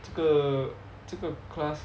这个这个 class